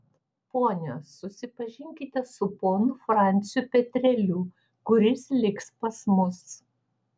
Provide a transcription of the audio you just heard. ponios susipažinkite su ponu franciu petreliu kuris liks pas mus